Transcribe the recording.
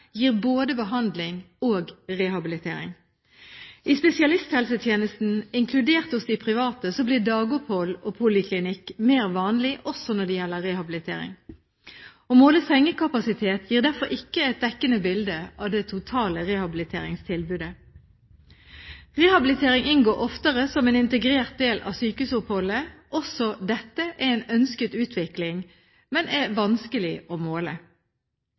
gir både behandling og rehabilitering. I spesialisthelsetjenesten, inkludert hos de private, blir dagopphold og poliklinikk mer vanlig også når det gjelder rehabilitering. Å måle sengekapasitet gir derfor ikke et dekkende bilde av det totale rehabiliteringstilbudet. Rehabilitering inngår oftere som en integrert del av sykehusoppholdet. Også dette er en ønsket utvikling, men er vanskelig å måle.